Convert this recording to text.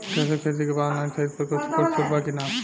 Thresher खरीदे के बा ऑनलाइन खरीद पर कुछ छूट बा कि न?